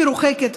מרוחקת,